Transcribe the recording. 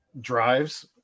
drives